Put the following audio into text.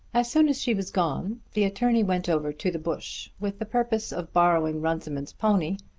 as soon as she was gone the attorney went over to the bush with the purpose of borrowing runciman's pony,